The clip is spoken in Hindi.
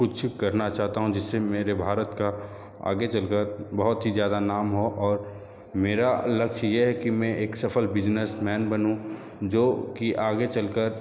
कुछ करना चाहता हूँ जिससे मेरे भारत का आगे चलकर बहुत ही ज़्यादा नाम हो और मेरा लक्ष्य यह है कि मैं एक सफल बिजनेसमैन बनूँ जो कि आगे चलकर